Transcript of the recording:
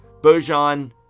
bojan